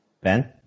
ben